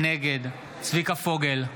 נגד צביקה פוגל,